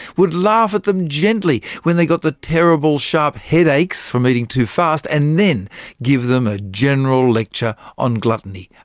would laugh at them gently when they got the terrible sharp headaches from eating much too fast, and then give them a general lecture on gluttony.